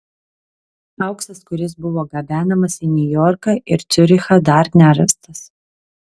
auksas kuris buvo gabenamas į niujorką ir ciurichą dar nerastas